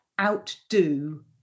outdo